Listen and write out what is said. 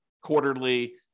quarterly